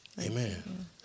Amen